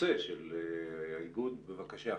היוצא של האיגוד, בבקשה.